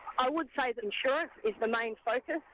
i would say that insurance is the main focus.